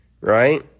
right